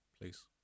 please